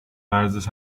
ورزش